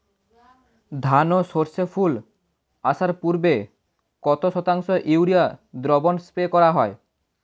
ধান ও সর্ষে ফুল আসার পূর্বে কত শতাংশ ইউরিয়া দ্রবণ স্প্রে করা হয়?